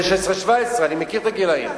זה 16 17. אני מכיר את הגילאים.